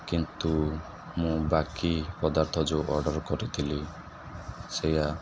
କିନ୍ତୁ ମୁଁ ବାକି ପଦାର୍ଥ ଯେଉଁ ଅର୍ଡ଼ର୍ କରିଥିଲି ସେଇୟା